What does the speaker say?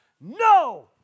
no